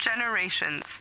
generations